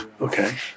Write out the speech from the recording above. Okay